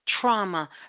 trauma